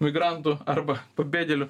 migrantų arba pabėgėlių